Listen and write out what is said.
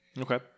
okay